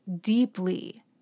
deeply